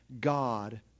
God